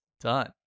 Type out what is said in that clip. done